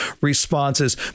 responses